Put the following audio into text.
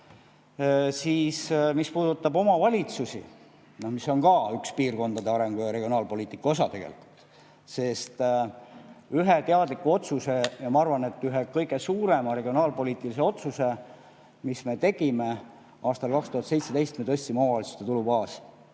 Mis puudutab omavalitsusi, mis on ka üks piirkondade arengu ja regionaalpoliitika osa, siis ühe teadliku otsuse, ja ma arvan, et ühe kõige suurema regionaalpoliitilise otsuse me tegime aastal 2017, kui me tõstsime omavalitsuste tulubaasi.